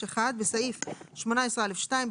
בסעיף 18א2,